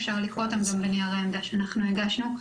אפשר לקרוא אותם גם בנייר העמדה שאנחנו הגשנו.